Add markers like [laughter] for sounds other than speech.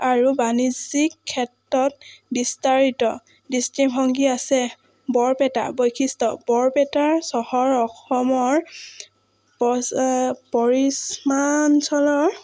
আৰু বাণিজ্যিক ক্ষেত্ৰত বিস্তাৰিত দৃষ্টিভংগী আছে বৰপেটা বৈশিষ্ট্য বৰপেটাৰ চহৰ অসমৰ [unintelligible] অঞ্চলৰ